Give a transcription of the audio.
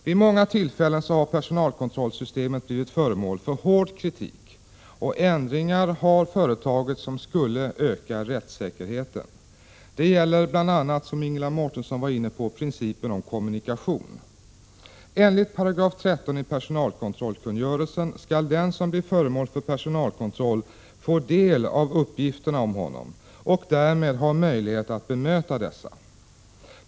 Vid många tillfällen har personalkontrollsystemet blivit föremål för hård kritik, och ändringar har företagits som skulle öka rättssäkerheten. Det gäller bl.a., som Ingela Mårtensson var inne på, principen om kommunikation. Enligt 13 § i personalkontrollkungörelsen skall den som blir föremål för personalkontroll få del av uppgifterna om honom och därmed ha möjlighet att bemöta dessa.